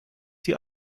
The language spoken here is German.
die